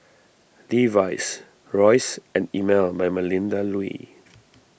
Levi's Royce and Emel by Melinda Looi